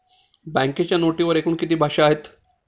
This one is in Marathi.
बँकेच्या नोटेवर एकूण किती भाषा आहेत?